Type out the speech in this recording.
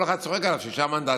כל אחד צוחק עליו: שישה מנדטים.